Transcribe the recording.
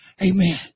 Amen